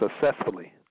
successfully